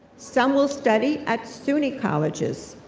some will study at suny colleges,